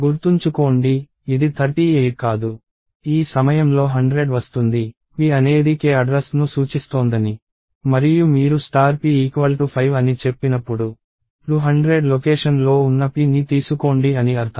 గుర్తుంచుకోండి ఇది 38 కాదు ఈ సమయంలో 100 వస్తుంది p అనేది k అడ్రస్ ను సూచిస్తోందని మరియు మీరు p 5 అని చెప్పినప్పుడు 200 లొకేషన్ లో ఉన్న pని తీసుకోండి అని అర్థం